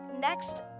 next